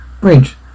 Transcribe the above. Bridge